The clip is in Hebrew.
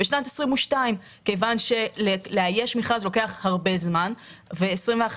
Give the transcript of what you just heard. בשנת 2022 כיוון שלאייש מכרז לוקח הרבה זמן ושנת 2021